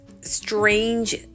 strange